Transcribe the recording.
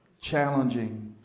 challenging